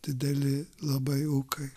dideli labai ūkai